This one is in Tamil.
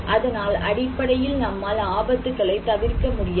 அதனால் அடிப்படையில் நம்மால் ஆபத்துக்களை தவிர்க்க முடியாது